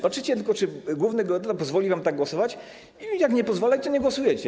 Patrzycie tylko, czy główny geodeta pozwoli wam tak głosować i jak nie pozwala, to nie głosujecie.